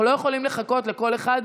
אנחנו לא יכולים לחכות לכל אחד.